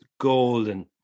golden